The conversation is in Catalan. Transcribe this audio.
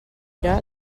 era